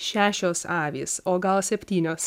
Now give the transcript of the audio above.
šešios avys o gal septynios